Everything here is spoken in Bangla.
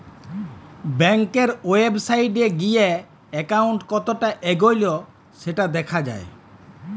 ব্যাংকের ওয়েবসাইটে গিএ একাউন্ট কতটা এগল্য সেটা দ্যাখা যায়